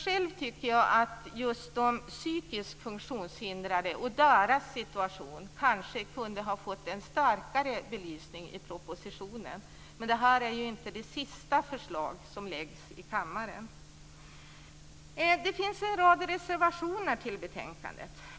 Själv tycker jag att just de psykiskt funktionshindrade och deras situation kanske kunde ha fått en starkare belysning i propositionen. Men det här är ju inte det sista förslag som läggs i kammaren. Det finns en rad reservationer till betänkandet.